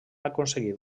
aconseguit